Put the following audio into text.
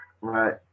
right